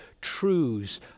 truths